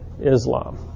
Islam